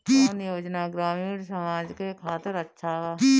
कौन योजना ग्रामीण समाज के खातिर अच्छा बा?